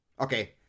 Okay